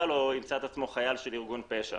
או ימצא את עצמו חייל של ארגון פשע.